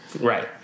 Right